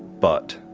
but